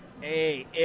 Hey